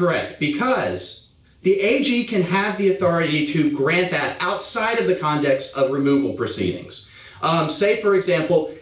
correct because the a g can have the authority to grant that outside of the context of removal proceedings and say for example